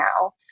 now